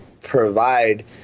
provide